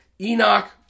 Enoch